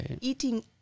eating